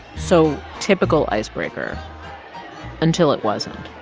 so typical icebreaker until it wasn't.